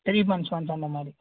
three months once அந்த மாதிரி